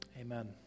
Amen